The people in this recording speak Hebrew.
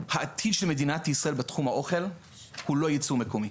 העתיד של מדינת ישראל בתחום האוכל הוא לא ייצור מקומי.